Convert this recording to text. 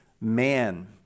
man